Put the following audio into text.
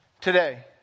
today